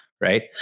right